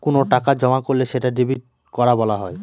কোনো টাকা জমা করলে সেটা ডেবিট করা বলা হয়